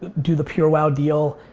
do the purewow deal,